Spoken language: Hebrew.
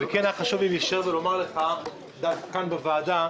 מי בעד אישור פנייה